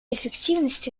эффективности